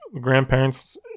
grandparents